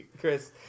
Chris